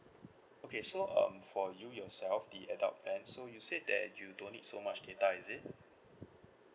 okay so um for you yourself the adult plan so you said that you don't need so much data is it